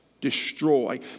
destroy